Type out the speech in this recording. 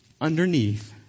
underneath